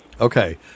Okay